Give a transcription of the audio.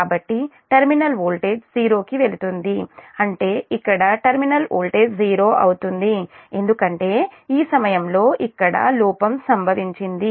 కాబట్టి terminal voltage '0' కి వెళుతుంది అంటే ఇక్కడ టెర్మినల్ వోల్టేజ్ 0 అవుతుంది ఎందుకంటే ఈ సమయంలో ఇక్కడ లోపం సంభవించింది